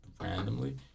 randomly